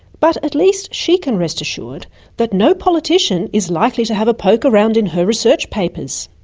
but at least she can rest assured that no politician is likely to have a poke around in her research papers.